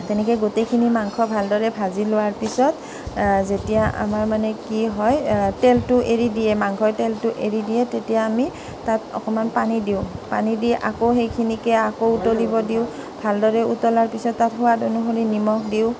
তেনেকৈ গোটেইখিনি মাংস ভালদৰে ভাজি লোৱাৰ পিছত যেতিয়া আমাৰ মানে কি হয় তেলটো এৰি দিয়ে মাংসই তেলটো এৰি দিয়ে তেতিয়া আমি তাত অকণমান পানী দিওঁ পানী দি আকৌ সেইখিনিকে আকৌ উতলিব দিওঁ ভালদৰে উতলাৰ পিছত তাত সোৱাদ অনুসৰি নিমখ দিওঁ